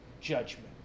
judgment